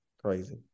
Crazy